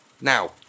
now